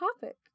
topic